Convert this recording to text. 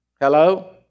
Hello